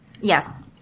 Yes